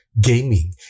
gaming